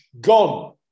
gone